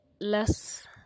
less